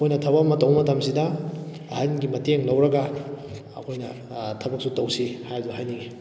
ꯑꯩꯈꯣꯏꯅ ꯊꯕꯛ ꯑꯃ ꯇꯧꯕ ꯃꯇꯝꯁꯤꯗ ꯑꯍꯟꯒꯤ ꯃꯇꯦꯡ ꯂꯧꯔꯒ ꯑꯩꯈꯣꯏꯅ ꯊꯕꯛꯁꯨ ꯇꯧꯁꯤ ꯍꯥꯏꯕꯗꯨ ꯍꯥꯏꯅꯤꯡꯉꯤ